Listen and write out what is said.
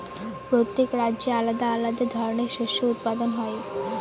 প্রত্যেক রাজ্যে আলাদা আলাদা ধরনের শস্য উৎপাদন হয়